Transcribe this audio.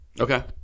Okay